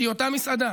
היא אותה מסעדה.